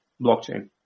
blockchain